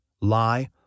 lie